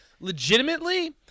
legitimately